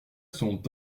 sont